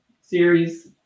series